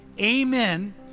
amen